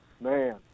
man